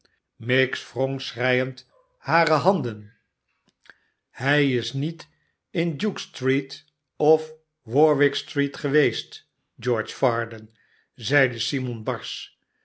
miggs wrong schreiend hare handen hij is niet in duke street of warwick street geweest george varden p zeide simon